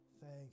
Thank